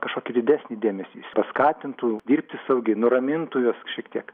kažkokį didesnį dėmesį paskatintų dirbti saugiai nuramintų juos šiek tiek